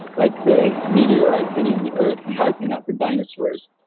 like the meteorite hitting the earth and wiping out the dinosaurs,